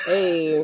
Hey